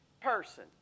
person